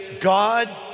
God